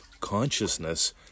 Consciousness